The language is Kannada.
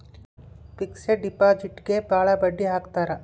ಫಿಕ್ಸೆಡ್ ಡಿಪಾಸಿಟ್ಗೆ ಭಾಳ ಬಡ್ಡಿ ಹಾಕ್ತರ